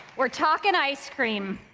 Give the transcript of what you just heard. we're talking ice cream,